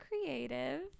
creative